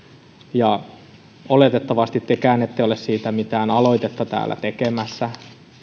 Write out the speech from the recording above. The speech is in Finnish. oletettavasti tekään ette ole siitä mitään aloitetta täällä tekemässä ja